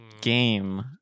game